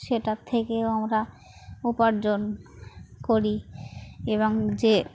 সেটার থেকেও আমরা উপার্জন করি এবং যে